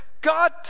God